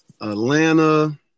Atlanta